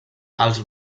als